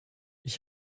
ich